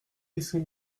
laisser